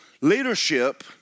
Leadership